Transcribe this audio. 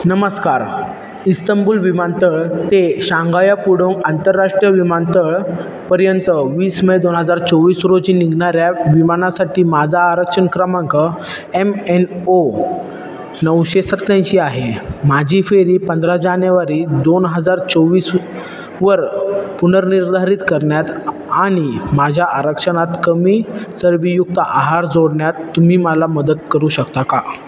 नमस्कार इस्तंबुल विमानतळ ते शांगाया पुडंग आंतरराष्ट्रीय विमानतळपर्यंत वीस मे दोन हजार चोवीस रोजी निघणाऱ्या विमानासाठी माझा आरक्षण क्रमांक एम एन ओ नऊशे सत्त्याऐंशी आहे माझी फेरी पंधरा जानेवारी दोन हजार चोवीसवर पुनर्निर्धारित करण्यात आणि माझ्या आरक्षणात कमी चरबीयुक्त आहार जोडण्यात तुम्ही मला मदत करू शकता का